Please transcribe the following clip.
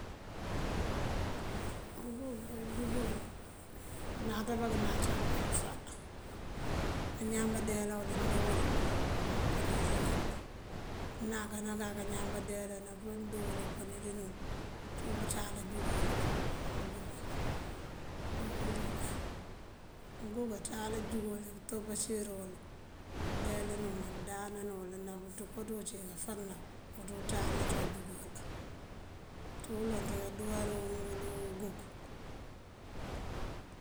Uguk ná ajúngël, mëënántá bánkëenántá ná bëfá nëëñaŋ báandeelawul niidúuwul, upëníi dí nël, pënáak ñaŋ báandeela níindúuwul upënii dí nël, uncíwun bëënţáal ajúngëwul uguk ţí bëwinji. Uguk atáal ajúngëwul ţí pëtopáncíirëwul pëëndeelan uwl, dí pëëndáanan uwul, ná kaţii uncíi káfërëná. Ţul ţiwú ţáalëna ajungëwul. Ţí uloŋ di kándúuwar wul uguk.